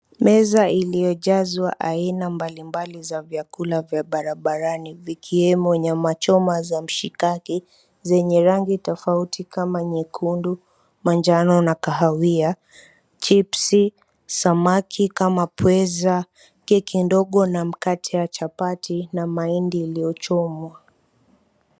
Meza iliyojazwa aina mbali mbali za vyakula vya barabarani vikiwemo nyama choma za mshikaki zenye rangi tofauti kama nyekundu, manjano na kahawia, chips samaki kama pweza, keki ndogo na mkate wa chapati na mahindi iliyochomwa.